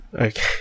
Okay